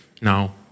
Now